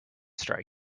strike